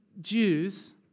Jews